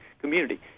community